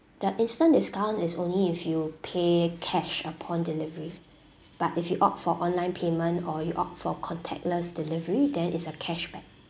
the instant discount is only if you pay cash upon delivery but if you opt for online payment or you opt for contactless delivery then is a cashback